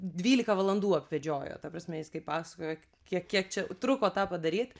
dvylika valandų apvedžiojo ta prasme jis kai pasakojo kiek kiek čia truko tą padaryt